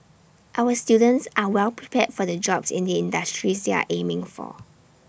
our students are well prepared for the jobs in the industries they are aiming for